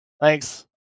Thanks